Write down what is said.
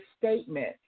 statement